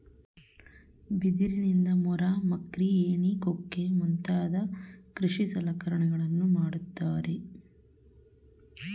ಬಿದಿರಿನಿಂದ ಮೊರ, ಮಕ್ರಿ, ಏಣಿ ಕುಕ್ಕೆ ಮುಂತಾದ ಕೃಷಿ ಸಲಕರಣೆಗಳನ್ನು ಮಾಡುತ್ತಾರೆ